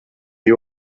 you